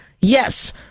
yes